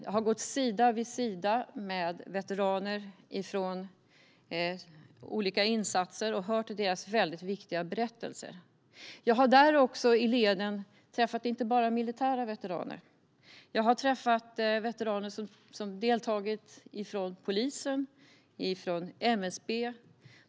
Jag har gått sida vid sida med veteraner från olika insatser och hört deras mycket viktiga berättelser. Jag har där i leden inte bara träffat militära veteraner, utan jag har också träffat veteraner som deltagit från polisen och från MSB.